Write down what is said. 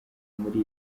muri